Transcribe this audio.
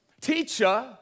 teacher